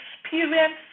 experience